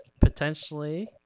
potentially